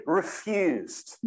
refused